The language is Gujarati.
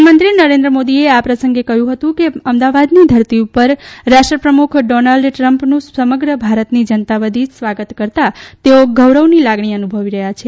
પ્રધાનમંત્રી નરેન્દ્ર મોદી એ આ પ્રસંગે કહ્યું હતુ કે અમદાવાદ ની ધરતી ઉપર રાષ્ટ્રપ્રમુખ ડોનાલ્ડ ટ્રમ્પનું સમગ્ર ભારત ની જનતા વતી સ્વાગત કરતાં તેઓ ગૌરવ ની લાગણી અનુભવી રહ્યા છે